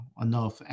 enough